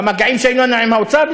במגעים שהיו לנו עם האוצר,